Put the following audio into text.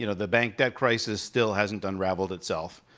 you know the bank debt crisis still hasn't unraveled itself.